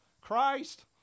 Christ